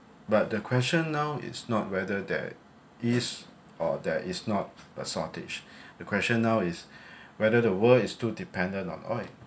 but the question now is not whether that is or there is not a shortage the question now is whether the world is too dependent on oil